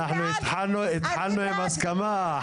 התחלנו עם הסכמה,